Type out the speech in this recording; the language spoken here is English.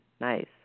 Nice